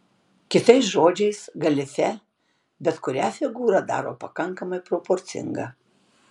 kitais žodžiais galifė bet kurią figūrą daro pakankamai proporcinga